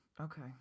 Okay